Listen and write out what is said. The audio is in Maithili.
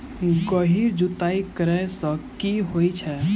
गहिर जुताई करैय सँ की होइ छै?